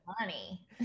money